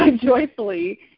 joyfully